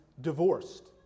divorced